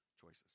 choices